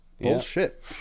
Bullshit